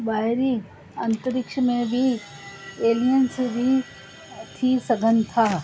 अंतरिक्ष में बि एलियंस बि थी सघनि था